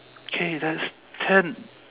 okay that's ten